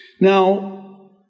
Now